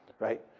right